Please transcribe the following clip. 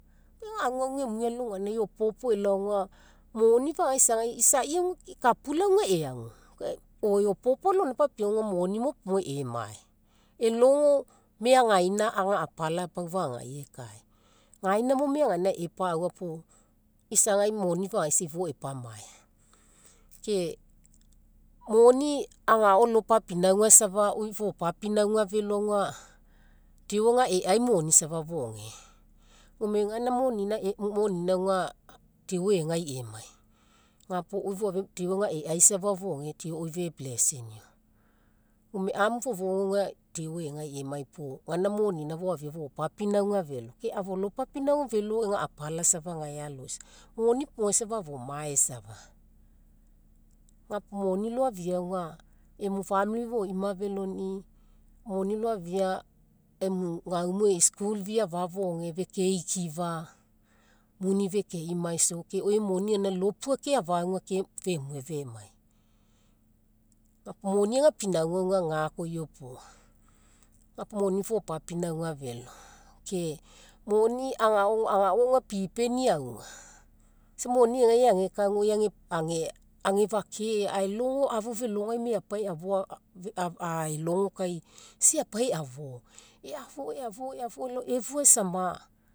Ega aguagu emue alogaina eopopo elao auga moni faga isagai, isai ekapula uga eagu eopopo alogaina papiauga moni mo puogai emae. Elogo meagaina aga apala pau fagagai ekaega, gaina mo meagainai epaua puo isagai moni fagaisai ifo epamaea. Ke moni agao lopapinauga safa, oi fopapinauga felo auga deo ega e'ai moni safa foge gome gaina monina deo egai emai. Ga puo oi foifia deo ega e'ai safa foge deo oi febleessinio. Gome amu fofougai deo egai emai puo gaina monina foafia fopapinauga felo, ke afolopapinauga felo ega apala safa gae aloisai moni puogai ago mae safa gapo moni loafia auga emu famili foima feloni, moni loafia emu, gaumu e'i school fee afa foge fekeikifa muni fekeimaiso. Ke oi emu moni lopuake afa ke femue femai, ga puo moni ega pinauga gakoa iopoga ga puo moni fopapinauga felo, ke moni agao auga pipenii auga, isa moni egai ageka agefake, aelogo ma afu felogai eapa eafo aelogo kai, isa eapa eafo eafo elao efua aisama